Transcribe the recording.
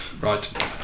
Right